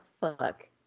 fuck